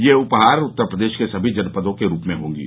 ये उपहार उत्तर प्रदेश के समी उत्पादों के रूप में होंगे